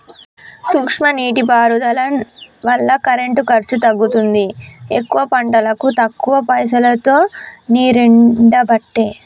సూక్ష్మ నీటి పారుదల వల్ల కరెంటు ఖర్చు తగ్గుతుంది ఎక్కువ పంటలకు తక్కువ పైసలోతో నీరెండబట్టే